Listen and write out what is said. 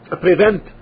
prevent